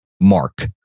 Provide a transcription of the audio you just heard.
mark